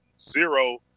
zero